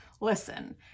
Listen